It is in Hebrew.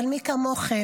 אבל מי כמוכם,